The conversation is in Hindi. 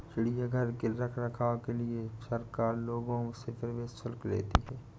चिड़ियाघर के रख रखाव के लिए सरकार लोगों से प्रवेश शुल्क लेती है